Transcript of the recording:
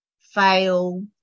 fail